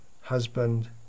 husband